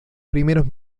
primeros